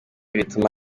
bituma